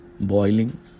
boiling